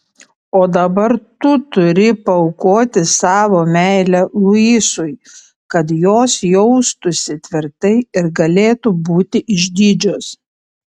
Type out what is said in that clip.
o dabar tu turi paaukoti savo meilę luisui kad jos jaustųsi tvirtai ir galėtų būti išdidžios